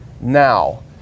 now